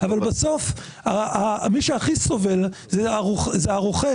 אבל, בסוף, מי שהכי סובל זה הרוכש,